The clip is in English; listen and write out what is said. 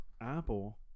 Apple